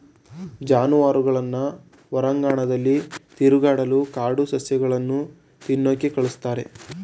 ಜಾನುವಾರುಗಳನ್ನ ಹೊರಾಂಗಣದಲ್ಲಿ ತಿರುಗಾಡಲು ಕಾಡು ಸಸ್ಯಗಳನ್ನು ತಿನ್ನೋಕೆ ಕಳಿಸ್ತಾರೆ